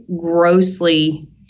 grossly